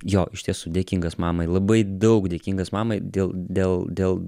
jo iš tiesų dėkingas mamai labai daug dėkingas mamai dėl dėl dėl